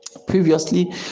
previously